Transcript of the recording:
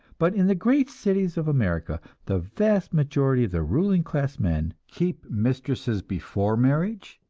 but in the great cities of america, the vast majority of the ruling class men keep mistresses before marriage,